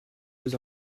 deux